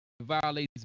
violates